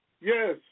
yes